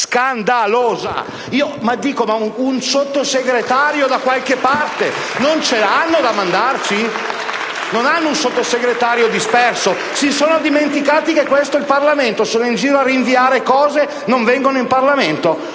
LN-Aut e M5S).* Ma un Sottosegretario non ce l'hanno da mandarci? Non hanno un Sottosegretario disperso? Si sono dimenticati che questo è il Parlamento? Sono in giro a rinviare cose e non vengono in Parlamento?